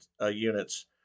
units